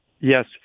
yes